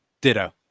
ditto